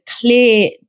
clear